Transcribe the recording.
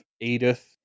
Edith